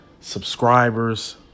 subscribers